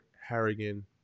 Harrigan